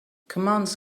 commands